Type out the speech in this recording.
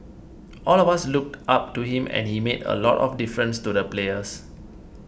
all of us looked up to him and he made a lot of difference to the players